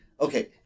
okay